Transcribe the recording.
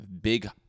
big